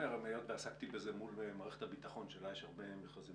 עסקתי בזה מול מערכת הביטחון שיש לה הרבה מכרזים